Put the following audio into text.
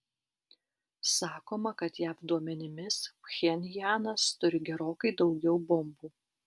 sakoma kad jav duomenimis pchenjanas turi gerokai daugiau bombų